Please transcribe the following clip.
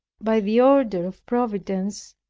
by the order of providence,